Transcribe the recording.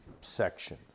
section